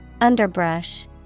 Underbrush